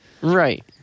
Right